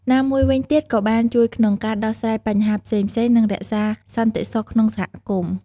ណាមួយវិញទៀតក៏បានជួយក្នុងការដោះស្រាយបញ្ហាផ្សេងៗ និងរក្សាសន្តិសុខក្នុងសហគមន៍។